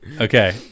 Okay